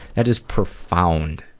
that is profound.